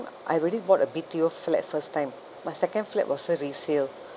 I already bought a B_T_O flat first time my second flat was a resale